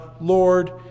Lord